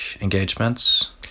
engagements